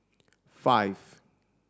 five